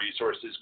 resources